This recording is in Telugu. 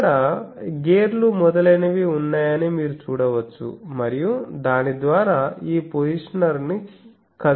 ఇక్కడ గేర్లు మొదలైనవి ఉన్నాయని మీరు చూడవచ్చు మరియు దాని ద్వారా ఈ పొజిషనర్ ని కదలవచ్చు